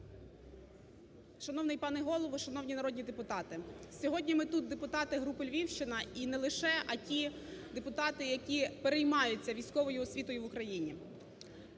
Шановний пане Голово! Шановні народні депутати! Сьогодні ми тут депутати групи "Львівщина" і не лише, а ті депутати, які переймаються військовою освітою в Україні.